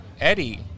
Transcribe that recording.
eddie